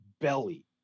belly